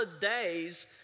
days